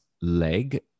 leg